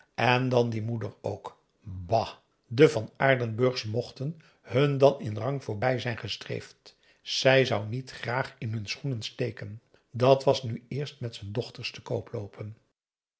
en dan die moeder ook bah de van aardenburgs mochten hun dan in rang voorbij zijn gestreefd zij zou niet graag in hun schoenen steken dat was nu eerst met z'n dochters te koop loopen